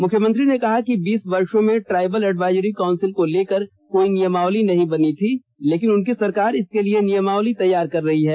मुख्यमंत्री ने कहा कि बीस वर्षो में ट्राइबल एडवायजरी काउंसिल को लेकर कोई नियमावली नहीं बनी थी लेकिन उनकी सरकार इसके लिए नियमावली तैयार कर रही है